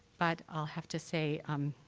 but i'll have to say, um,